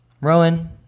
rowan